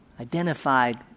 identified